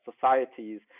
societies